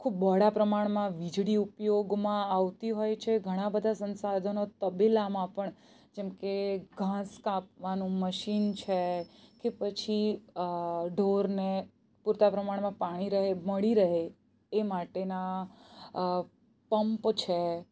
ખૂબ બહોળા પ્રમાણમાં વીજળી ઉપયોગમાં આવતી હોય છે ઘણા બધા સંસાધનો તબેલામાં પણ જેમ કે ઘાસ કાપવાનું મશીન છે કે પછી ઢોરને પૂરતા પ્રમાણમાં પાણી રહે મળી રહે એ માટેના પંપ છે